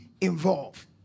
involved